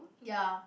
ya